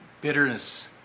Bitterness